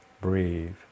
Breathe